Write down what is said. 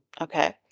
Okay